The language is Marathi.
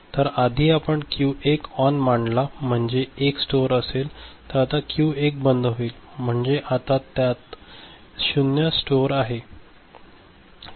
तर आधी आपण क्यू 1 ऑन मानला म्हणजे 1 स्टोर असेल आता क्यू 1 बंद होईल म्हणजे आता त्यात 0 स्टोर आहे